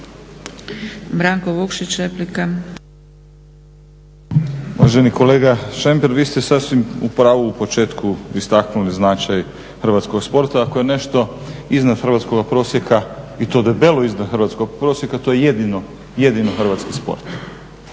Stranka rada)** Uvaženi kolega Šemper, vi ste sasvim u pravu u početku istaknuli značaj hrvatskoga sporta. Ako je nešto iznad hrvatskoga prosjeka i to debelo iznad hrvatskog prosjeka to je jedino hrvatski sport